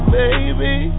baby